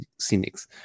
scenics